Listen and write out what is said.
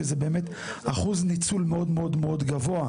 שזה באמת אחוז ניצול מאוד מאוד גבוה,